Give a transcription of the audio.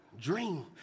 dream